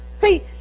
See